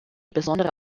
besondere